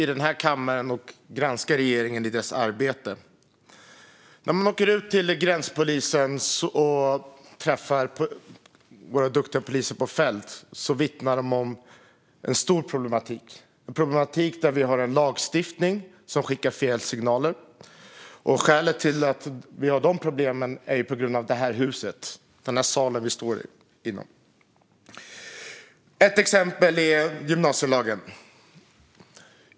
Men det är riksdagens plikt att granska regeringens arbete. När jag träffar våra duktiga gränspoliser ute på fältet vittnar de om en stor problematik på grund av att vi har en lagstiftning som skickar fel signaler. Skälet till det är detta hus och denna sal. Ett exempel är gymnasielagen.